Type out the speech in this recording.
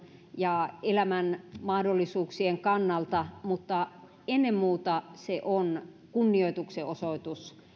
ja elämän mahdollisuuksien kannalta mutta ennen muuta se on kunnioituksenosoitus